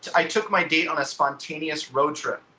i took my date on a spontaneous road trip.